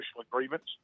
agreements